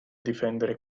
difendere